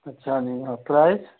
अच्छा नहीं और प्राइस